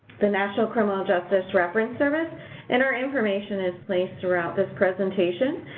the national criminal justice reference service and our information is placed throughout this presentation,